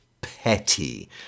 petty